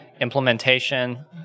implementation